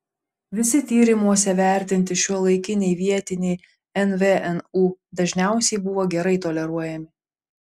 visi tyrimuose vertinti šiuolaikiniai vietiniai nvnu dažniausiai buvo gerai toleruojami